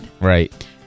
Right